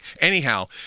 Anyhow